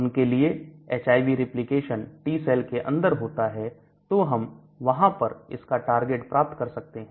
उनके लिए HIV Replication T cell के अंदर होता है तो हम वहां पर इसका टारगेट प्राप्त कर सकते हैं